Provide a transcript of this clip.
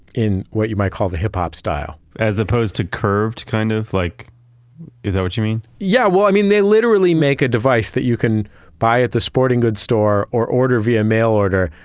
in what you might call the hip-hop style as opposed to curved kind of like is that what you mean? yeah. well, i mean they literally make a device that you can buy at the sporting good store, or order via mail order,